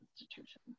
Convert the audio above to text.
institution